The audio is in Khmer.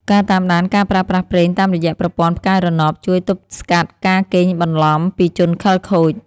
ការតាមដានការប្រើប្រាស់ប្រេងតាមរយៈប្រព័ន្ធផ្កាយរណបជួយទប់ស្កាត់ការកេងបន្លំពីជនខិលខូច។